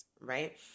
right